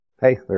hey